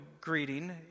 greeting